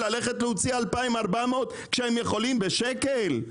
ללכת ולהוציא 2,400 ₪ כשהם יכולים לקבל את זה בשקל?